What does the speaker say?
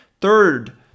Third